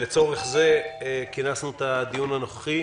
לצורך זה כינסנו את הדיון הנוכחי.